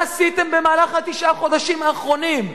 מה עשיתם במהלך תשעת החודשים אחרונים?